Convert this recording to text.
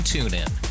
TuneIn